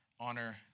Honor